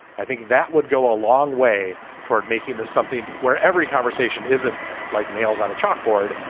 i think that would go a long way toward making this something where every conversation isn't like nails on a chalkboard.